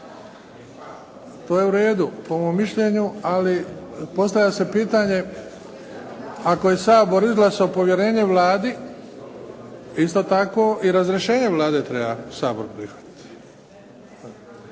To je uredu po mom mišljenju, ali postavlja se pitanje ako je Sabor izglasao povjerenje Vladi isto tako i razrješenje Vlade treba Sabor prihvatiti.